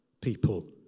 people